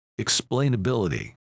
explainability